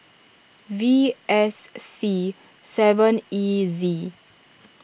V S C seven E Z